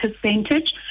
percentage